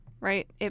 right